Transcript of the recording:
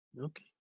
Okay